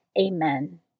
Amen